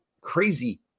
crazy